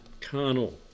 Carnal